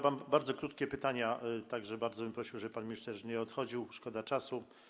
Mam bardzo krótkie pytania, tak że bardzo bym prosił, żeby pan minister już nie odchodził, szkoda czasu.